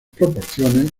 proporciones